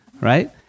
right